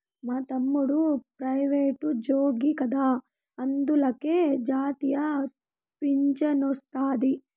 మా తమ్ముడు ప్రైవేటుజ్జోగి కదా అందులకే జాతీయ పింఛనొస్తాది